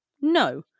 no